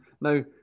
now